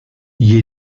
gli